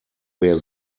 wer